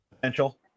potential